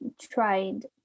tried